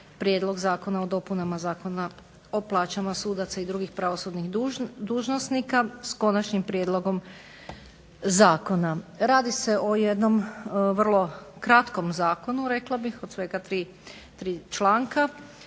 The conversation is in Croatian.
prijedlog Zakona o dopunama Zakona o plaćama sudaca i drugih pravosudnih dužnosnika s KOnačnim prijedlogom zakona. Radi se o jednom vrlo kratkom zakonu rekla bih od svega 3 članka.